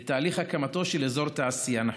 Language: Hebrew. את תהליך הקמתו של אזור תעשייה נחוץ.